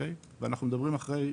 ואנחנו מדברים אחרי